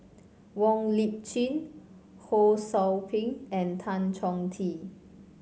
Wong Lip Chin Ho Sou Ping and Tan Chong Tee